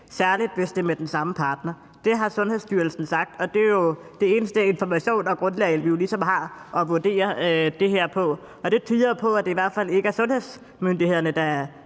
særlig hvis det er med den samme partner. Det har Sundhedsstyrelsen sagt, og det er jo den eneste information og det eneste grundlag, vi ligesom har at vurdere det her på. Det tyder jo på, at det i hvert fald ikke er sundhedsmyndighederne, der